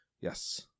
Yes